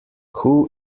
who